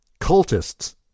cultists